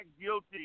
guilty